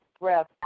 breath